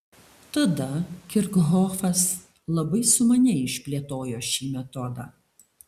tada kirchhofas labai sumaniai išplėtojo šį metodą